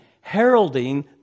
heralding